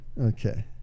Okay